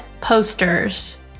posters